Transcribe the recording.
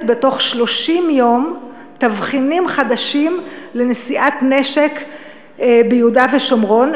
בתוך 30 יום תבחינים חדשים לנשיאת נשק ביהודה ושומרון.